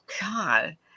God